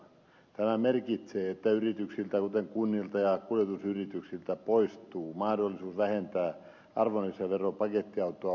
tämä merkitsee että yrityksiltä kuten kunnilta ja kuljetusyrityksiltä poistuu mahdollisuus vähentää arvonlisävero pakettiautoa ostaessaan